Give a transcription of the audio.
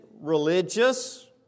religious